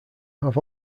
have